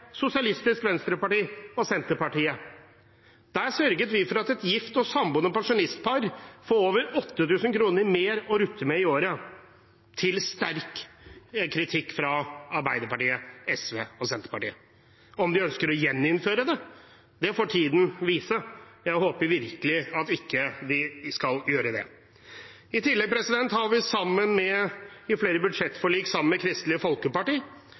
Sosialistisk Venstreparti og Senterpartiet. Der sørget vi for at gifte og samboende pensjonistpar får over 8 000 mer å rutte med i året, til sterk kritikk fra Arbeiderpartiet, SV og Senterpartiet! Om de ønsker å gjeninnføre det, får tiden vise. Jeg håper virkelig de ikke vil gjøre det. I tillegg har vi i flere budsjettforlik sammen med Kristelig Folkeparti